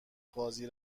قاضی